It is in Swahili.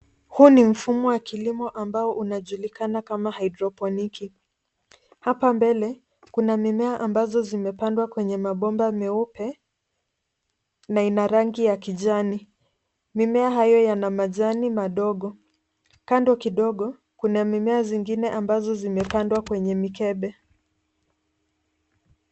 Huu ni mfumo wa kilimo ambao unajulikana kama hydroponiki. Hapa mbele, kuna mimea ambazo zimepandwa kwenye mabomba meupe na ina rangi ya kijani. Mimea hayo yana majani madogo. Kando kidogo, kuna mimea zingine ambazo zimepandwa kwenye mikebe.